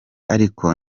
ariko